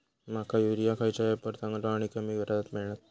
माका युरिया खयच्या ऍपवर चांगला आणि कमी दरात भेटात?